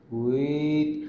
wait